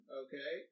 okay